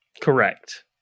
Correct